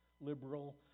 liberal